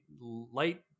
light